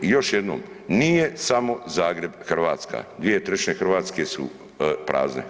I još jednom nije samo Zagreb Hrvatska, 2/3 Hrvatske su prazne.